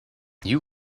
you